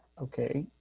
okay.